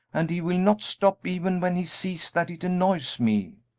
and he will not stop even when he sees that it annoys me.